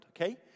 okay